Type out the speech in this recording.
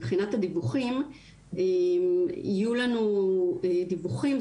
מבחינת הדיווחים יהיו לנו דיווחים.